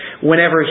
whenever